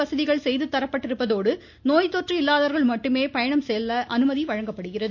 வசதிகள் பயணிகளுக்கு தரப்பட்டுள்ளதோடு நோய்த்தொற்று இல்லாதவர்கள் மட்டுமே பயணம் செல்ல அனுமதிக்கப்படுகிறது